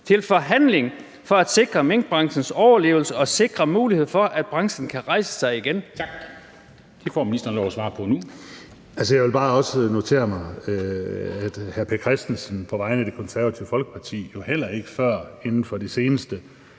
til forhandling for at sikre minkbranchens overlevelse og sikre muligheden for, at branchen kan rejse sig igen.